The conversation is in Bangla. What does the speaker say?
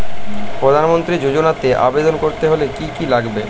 প্রধান মন্ত্রী যোজনাতে আবেদন করতে হলে কি কী লাগবে?